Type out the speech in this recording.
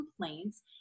complaints